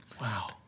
Wow